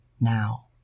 now